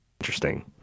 Interesting